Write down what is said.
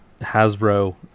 Hasbro